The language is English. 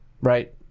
right